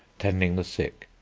tending the sick,